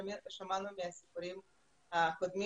ששמענו מהסיפורים הקודמים,